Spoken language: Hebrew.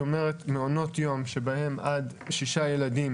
היא אומרת מעונות יום בהם עד שישה ילדים